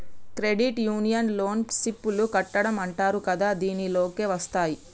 credit union లోన SIP లు కట్టడం అంటరు కదా దీనిలోకే వస్తాయ్